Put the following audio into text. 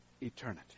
eternity